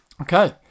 Okay